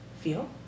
feel